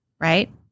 right